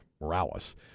Morales